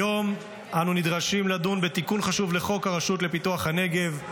היום אנו נדרשים לדון בתיקון חשוב לחוק הרשות לפיתוח הנגב,